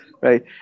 right